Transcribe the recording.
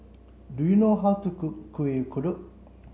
do you know how to cook Kuih Kodok